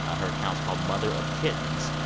ah her account's called mother of kittens,